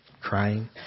crying